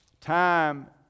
Time